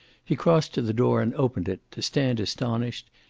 he crossed to the door and opened it, to stand astonished,